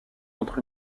entre